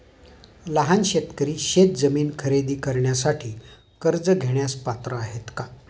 लहान शेतकरी शेतजमीन खरेदी करण्यासाठी कर्ज घेण्यास पात्र आहेत का?